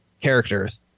characters